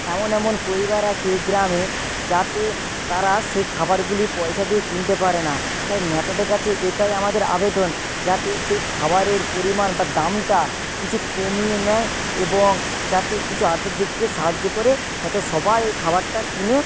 এমন এমন পরিবার আছে গ্রামে যাতে তারা সেই খাবারগুলি পয়সা দিয়ে কিনতে পারে না তাই নেতাদের কাছে এটাই আমাদের আবেদন যাতে সেই খাবারের পরিমাণ বা দামটা কিছু কমিয়ে নেয় এবং যাতে কিছু আর্থিক দিক থেকে সাহায্য করে যাতে সবাই ওই খাবারটা কিনে